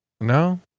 No